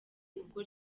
ubwo